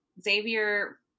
Xavier